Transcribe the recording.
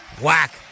whack